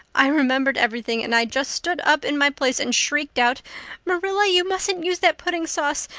i remembered everything and i just stood up in my place and shrieked out marilla, you mustn't use that pudding sauce.